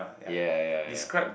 yeah yeah yeah